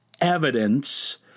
evidence